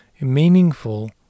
meaningful